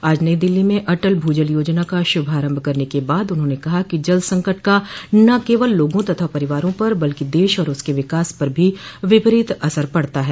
आज नई दिल्ली में अटल भूजल योजना का शुभारंभ करने के बाद उन्होंने कहा कि जल संकट का न केवल लोगों तथा परिवारों पर बल्कि देश और उसके विकास पर भी विपरीत असर पड़ता है